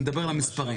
נדבר על המספרים.